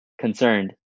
Concerned